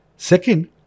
Second